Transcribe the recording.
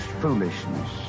foolishness